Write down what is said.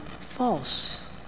false